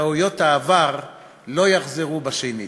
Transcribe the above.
שטעויות העבר לא יחזרו שנית.